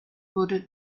wurde